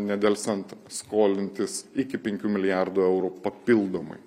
nedelsiant skolintis iki penkių milijardų eurų papildomai